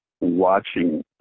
watching